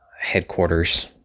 headquarters